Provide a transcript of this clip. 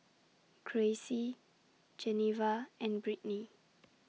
Gracie Geneva and Brittnie